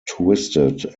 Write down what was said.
twisted